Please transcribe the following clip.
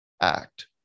act